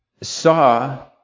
saw